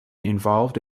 involved